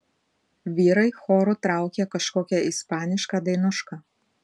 vyrai choru traukė kažkokią ispanišką dainušką